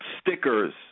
stickers